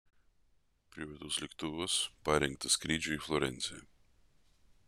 privatus lėktuvas parengtas skrydžiui į florenciją